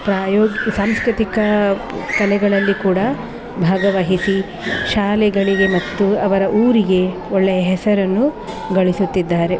ಪ್ರಾಯೋ ಸಾಂಸ್ಕೃತಿಕ ಕಲೆಗಳಲ್ಲಿ ಕೂಡ ಭಾಗವಹಿಸಿ ಶಾಲೆಗಳಿಗೆ ಮತ್ತು ಅವರ ಊರಿಗೆ ಒಳ್ಳೆಯ ಹೆಸರನ್ನು ಗಳಿಸುತ್ತಿದ್ದಾರೆ